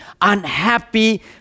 unhappy